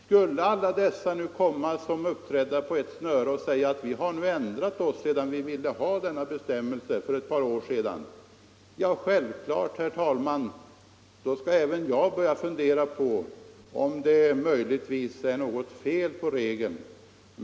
Skulle alla dessa nu komma som uppträdda på ett snöre och säga att de ändrat uppfattning så skall, herr talman, självfallet även jag börja fundera på om det möjligtvis är något fel på regeln.